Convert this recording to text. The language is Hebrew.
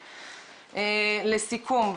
לסיכום,